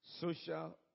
social